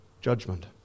judgment